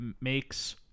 makes